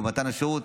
במתן השירות.